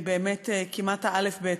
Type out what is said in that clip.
היא באמת כמעט האלף-בית.